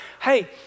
hey